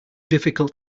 difficult